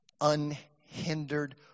Unhindered